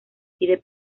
pide